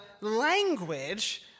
language